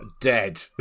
dead